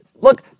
Look